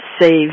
save